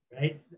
right